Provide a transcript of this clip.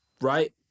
right